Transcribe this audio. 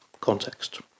context